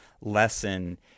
lesson